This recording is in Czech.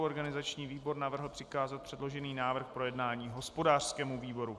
Organizační výbor navrhl přikázat předložený návrh k projednání hospodářskému výboru.